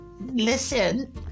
listen